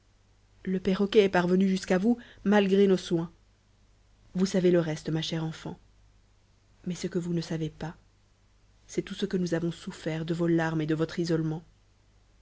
le perroquet est parvenu jusqu'à vous malgré nos soins vous savez le reste ma chère enfant mais ce que vous ne savez pas c'est tout ce que nous avons souffert de vos larmes et de votre isolement